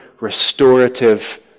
restorative